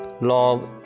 love